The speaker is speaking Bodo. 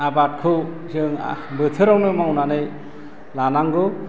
आबादखौ जों बोथोरावनो मावनानै लानांगौ